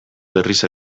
berriz